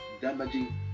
damaging